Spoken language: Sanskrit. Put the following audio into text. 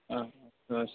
अस्तु अस्तु